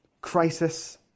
crisis